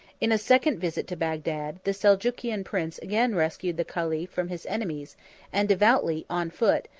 in a second visit to bagdad, the seljukian prince again rescued the caliph from his enemies and devoutly, on foot,